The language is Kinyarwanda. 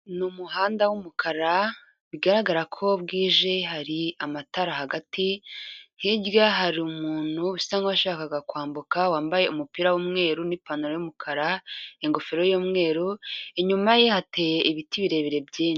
Ni umuhanda wumukara bigaragara ko bwije, hari amatara hagati, hirya hari umuntu usa nkaho kwambuka wambaye umupira w'umweruru n'ipantaro y'umukara, ingofero y'umweru, inyuma ye hateye ibiti birebire byinshi.